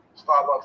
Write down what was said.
Starbucks